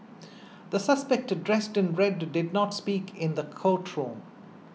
the suspect dressed in red did not speak in the courtroom